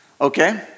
Okay